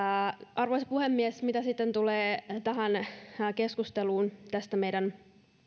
arvoisa puhemies mitä sitten tulee tähän keskusteluun meidän